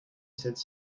cette